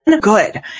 Good